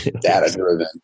data-driven